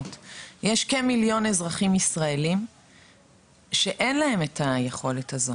יש כמיליון ישראלים שאין להם היכולת הזאת